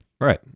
Right